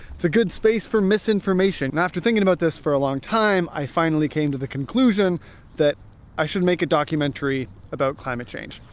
good space for misinformation. and after thinking about this for a long time i finally came to the conclusion that i should make a documentary about climate change.